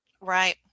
Right